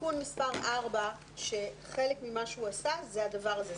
תיקון מספר 4 שחלק ממה שהוא עשה זה הדבר הזה.